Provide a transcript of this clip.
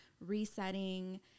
resetting